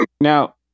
Now